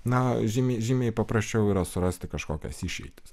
na žymiai žymiai paprasčiau yra surasti kažkokias išeitis